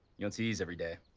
you don't see these every day.